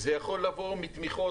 זה יכול לבוא מתמיכות,